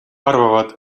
arvavad